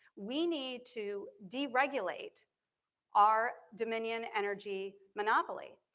we need to deregulate our dominion energy monopoly.